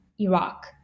Iraq